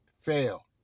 fail